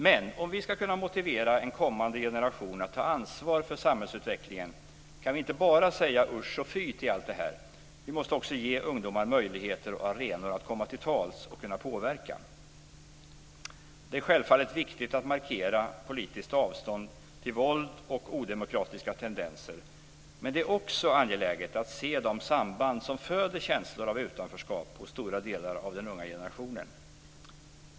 Men om vi ska kunna motivera en kommande generation att ta ansvar för samhällsutvecklingen kan vi inte bara säga usch och fy till allt det här. Vi måste ge också ge ungdomar möjligheter och arenor att komma till tals och kunna påverka. Det är självfallet viktigt att markera politiskt avstånd till våld och odemokratiska tendenser. Men det är också angeläget att se de samband som föder känslor av utanförskap hos stora delar av den unga generationen.